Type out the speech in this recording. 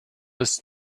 ist